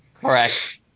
Correct